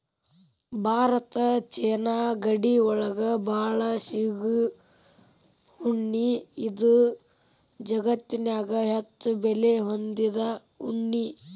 Bharat China ಗಡಿ ಒಳಗ ಬಾಳ ಸಿಗು ಉಣ್ಣಿ ಇದು ಜಗತ್ತನ್ಯಾಗ ಹೆಚ್ಚು ಬೆಲೆ ಹೊಂದಿದ ಉಣ್ಣಿ